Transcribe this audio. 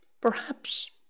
Perhaps